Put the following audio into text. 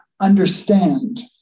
understand